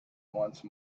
once